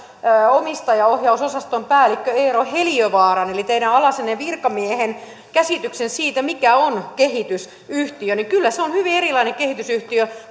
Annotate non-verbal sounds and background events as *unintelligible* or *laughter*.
omistajaohjausosaston päällikkö eero heliövaaran eli teidän alaisenne virkamiehen käsityksen siitä mikä on kehitysyhtiö ja kyllä se on hyvin erilainen kehitysyhtiö *unintelligible*